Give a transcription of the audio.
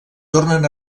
tornen